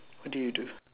what did you do